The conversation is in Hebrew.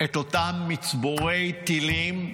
את אותם מצבורי טילים,